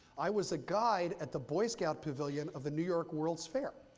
i was a guide at the boy scout pavilion of the new york world's fair.